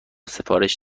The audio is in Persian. سفارش